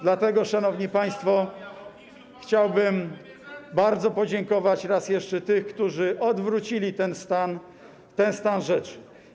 Dlatego, szanowni państwo, chciałbym bardzo podziękować raz jeszcze tym, którzy odwrócili ten stan rzeczy.